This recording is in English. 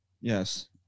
Yes